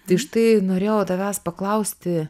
tai štai norėjau tavęs paklausti